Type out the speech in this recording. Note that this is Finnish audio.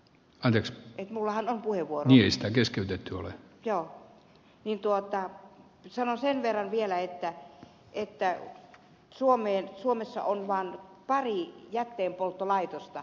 ainekset murhan uhri voi niistä keskeltä tulee ja ovi tuota sanon sen verran vielä että suomessa on vaan pari jätteenpolttolaitosta